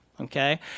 okay